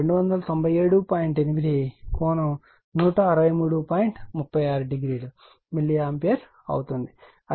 360 milliampere అవుతుంది